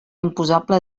imposable